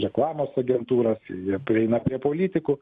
reklamos agentūros jie prieina prie politikų